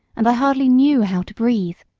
and i hardly knew how to breathe.